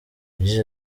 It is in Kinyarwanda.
yagize